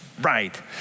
right